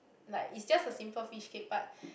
like it's just a simple fishcake but